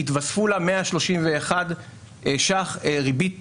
התווספו לה 131 ש"ח ריבית